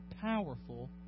powerful